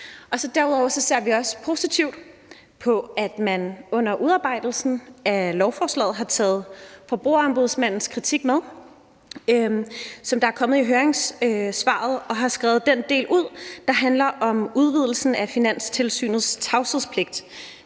Derudover ser vi også positivt på, at man under udarbejdelsen af lovforslaget har taget Forbrugerombudsmandens kritik med, som er kommet i høringssvaret, og at man har skrevet den del ud, der handler om udvidelsen af Finanstilsynets tavshedspligt.